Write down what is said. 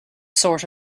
sort